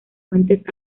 fuentes